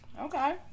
Okay